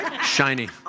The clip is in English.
Shiny